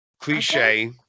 cliche